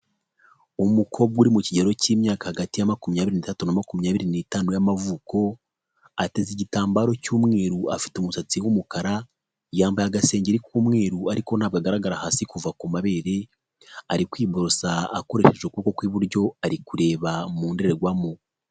Umukobwa uri mu kigero cy'imyaka hagati ya makumyabiri ni tatu na makumyabiri nitanu y'amavuko ateze igitambaro cy'umweru afite umusatsi w'umukara yambaye agasengeri k'umweru ariko ntabwo agaragara hasi kuva ku mabere ari kwiborosa akoresheje ukuboko kw'iburyo ari kureba mu ndorerwamo.